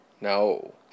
No